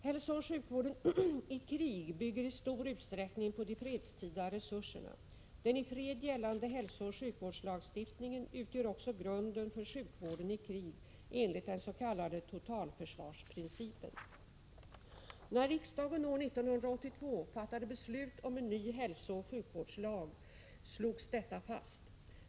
Hälsooch sjukvården i krig bygger i stor utsträckning på de fredstida resurserna. Den i fred gällande hälsooch sjukvårdslagstiftningen utgör också grunden för sjukvården i krig enligt den s.k. totalförsvarsprincipen. När riksdagen år 1982 fattade beslut om en ny hälsooch sjukvårdslag slogs detta fast.